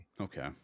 okay